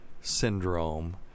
syndrome